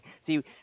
See